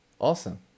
Awesome